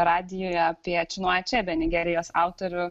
radijuje apie činua čebe nigerijos autorių